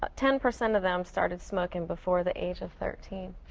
ah ten percent of them started smoking before the age of thirteen.